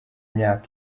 imyaka